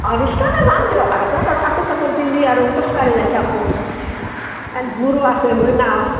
অঁ ৰিস্কাতে যাম দিয়ক আৰু ক'ত তাৰ কাপোৰ চাপোৰ পিন্ধি আৰু খোজকাঢ়ি যাই থাকোঁ দূৰো আছে হৈ নও